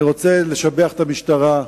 אני רוצה לשבח את המשטרה,